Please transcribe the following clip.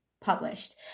published